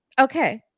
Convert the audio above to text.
Okay